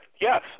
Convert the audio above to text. Yes